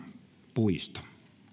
puisto